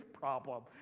problem